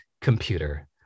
computer